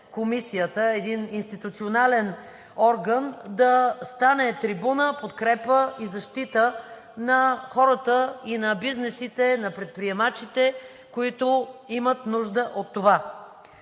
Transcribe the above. Комисията – един институционален орган, да стане трибуна, подкрепа и защита на хората и на бизнесите, на предприемачите, които имат нужда от това.